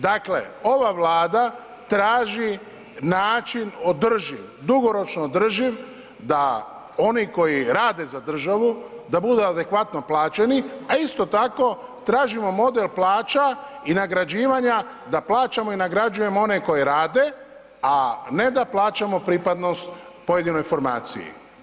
Dakle ova Vlada traži način održiv, dugoročno održiv da oni koji rade za državu, da budu adekvatno plaćeni a isto tako, tražimo model plaća i nagrađivanja da plaćam i nagrađujemo one koji rade a ne da plaćamo pripadnost pojedinoj formaciji.